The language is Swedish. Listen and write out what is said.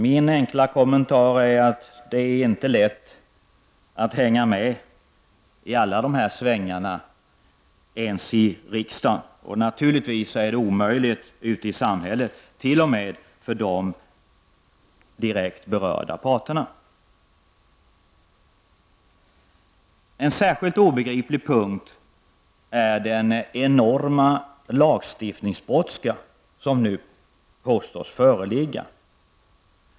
Min enkla kommentar är att det inte är lätt att hänga med i alla dessa svängar ens i riksdagen. Naturligtvis är det omöjligt ute i samhället, t.o.m. för de direkt berörda parterna. En särskilt obegriplig punkt är den enorma lagstiftningsbrådska som nu påstås föreligga.